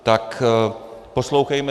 Tak se poslouchejme.